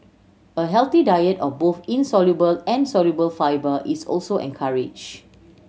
a healthy diet of both insoluble and soluble fibre is also encouraged